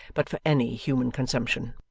but for any human consumption.